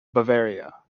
bavaria